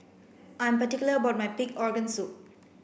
I'm particular about my pig organ soup